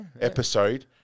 episode